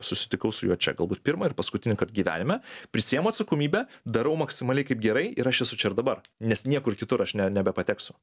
susitikau su juo čia galbūt pirmą ir paskutinįkart gyvenime prisiimu atsakomybę darau maksimaliai kaip gerai ir aš esu čia ir dabar nes niekur kitur aš nebepateksiu